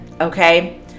okay